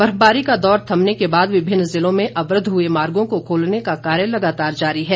बर्फबारी का दौर थमने के बाद विभिन्न जिलों में अवरूद्व हुए मार्गो को खोलने का कार्य लगातार जारी है